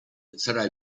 sarà